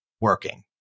working